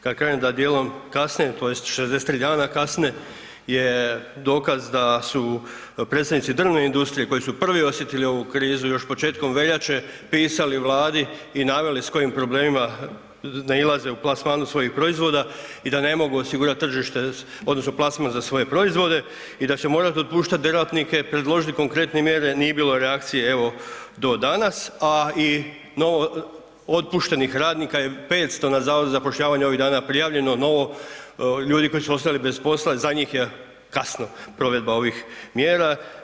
Kad kažem da dijelom kasne tj. 63 dana kasna je dokaz da su predsjednici drvne industrije, koji su prvi osjetili ovu krizu, još početkom veljače pisali Vladi i naveli s kojim problemima nailaze u plasmanu svojih proizvoda i da ne mogu osigurati tržište odnosno plasman za svoje proizvode i da će morat otpuštat djelatnike, predložit konkretne mjere, nije bilo reakcije, evo do danas, a i novo otpuštenih radnika je 500 na zavodu za zapošljavanje ovih dana prijavljeno novo ljudi koji su ostali bez posla, za njih je kasno provedba ovih mjera.